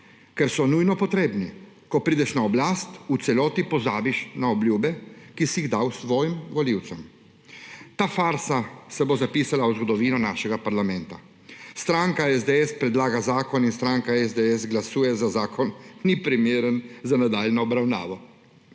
ker so nujno potrebni. Ko prideš na oblast, v celoti pozabiš na obljube, ki si jih dal svojim volivcem. Ta farsa se bo zapisala v zgodovino našega parlamenta. Stranka SDS predlaga zakon in stranka SDS glasuje za zakon, da ni primeren za nadaljnjo obravnavo.